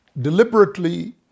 deliberately